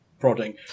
prodding